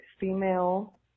female